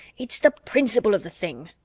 it's the principle of the thing,